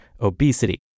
obesity